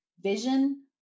vision